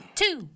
two